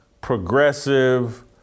progressive